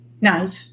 Knife